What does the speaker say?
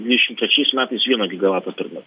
dvidešim trečiais metais vieno gigavato per me